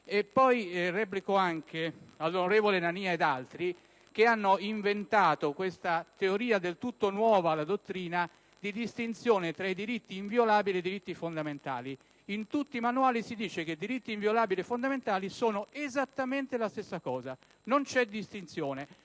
no. Replico, inoltre, al senatore Nania ed altri, che hanno inventato questa teoria del tutto nuova alla dottrina di distinzione tra diritti inviolabili e diritti fondamentali, che in tutti i manuali si legge che diritti inviolabili e fondamentali sono esattamente la stessa cosa, non c'è distinzione.